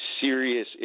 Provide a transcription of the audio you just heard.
serious